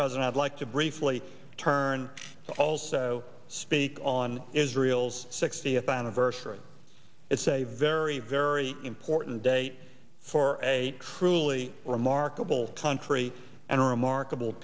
president i'd like to briefly turn to also speak on israel's sixtieth anniversary it's a very very important day for a truly remarkable country and a remarkable